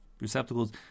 receptacles